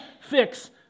fix